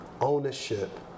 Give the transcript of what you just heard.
ownership